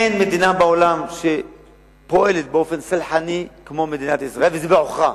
אין מדינה בעולם שפועלת באופן סלחני כמו מדינת ישראל וזה בעוכריה.